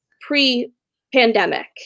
pre-pandemic